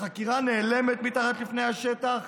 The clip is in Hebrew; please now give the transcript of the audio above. החקירה נעלמת מתחת לפני השטח